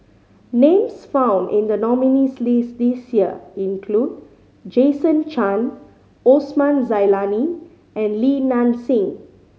names found in the nominees' list this year include Jason Chan Osman Zailani and Li Nanxing